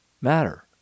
matter